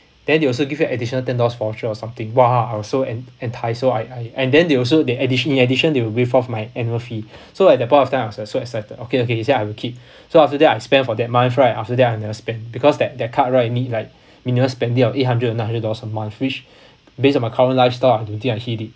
then we also give you additional ten dollars voucher or something !wah! I was so en~ enticed so I I and then they also they addition in addition they will waive off my annual fee so at that point of time I was so excited okay okay I say I will keep so after that I spend for that month right after that I never spend because that that card right need like minimum spending of eight hundred or nine hundred dollars a month which based on my current lifestyle I don't think I hit it